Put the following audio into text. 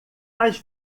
mais